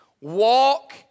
walk